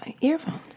earphones